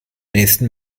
nächsten